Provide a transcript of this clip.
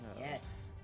Yes